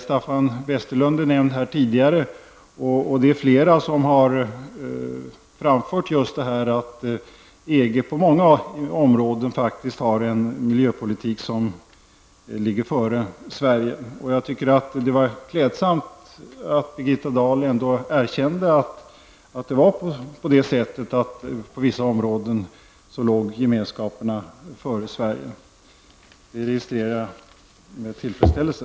Staffan Westerlund har nämnts här tidigare, och det finns flera som har framfört att EG på många områden har en miljöpolitik som ligger före Sverige. Jag tycker att det var klädsamt att Birgitta Dahl ändå erkände att de europeiska gemenskaperna på vissa områden låg före Sverige. Det registrerar jag med tillfredsställelse.